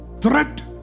Threat